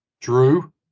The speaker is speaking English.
Drew